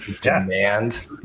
demand